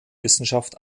wissenschaft